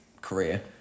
career